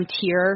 tier